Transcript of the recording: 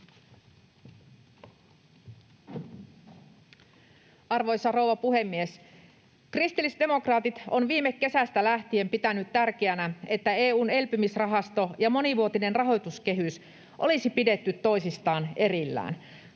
Arvoisa rouva puhemies! Kristillisdemokraatit on viime kesästä lähtien pitänyt tärkeänä, että EU:n elpymisrahasto ja monivuotinen rahoituskehys olisi pidetty toisistaan erillään.